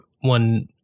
one